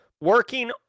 working